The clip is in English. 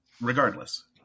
regardless